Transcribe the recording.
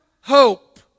hope